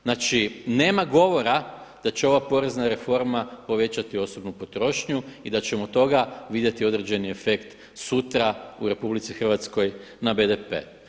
Znači nema govora da će ova porezna reforma povećati osobnu potrošnju i da ćemo od toga vidjeti određeni efekt sutra u RH na BDP.